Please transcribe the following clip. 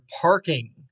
parking